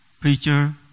preacher